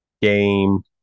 game